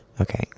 Okay